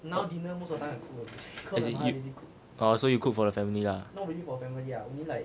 is it you oh so you cook for the family ah